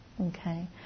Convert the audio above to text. Okay